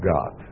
God